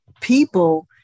people